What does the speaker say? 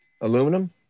Aluminum